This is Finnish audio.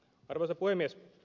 arvoisa puhemies